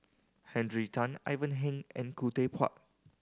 Henry Tan Ivan Heng and Khoo Teck Puat